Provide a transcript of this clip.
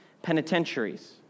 Penitentiaries